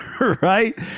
Right